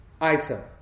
item